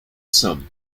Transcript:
some